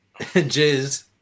Jizz